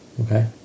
Okay